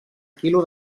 quilo